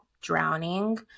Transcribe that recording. drowning